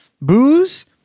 booze